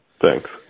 Thanks